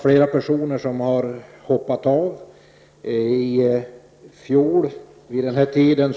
Flera personer har hoppat av. I fjol vid den här tiden